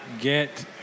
get